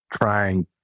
trying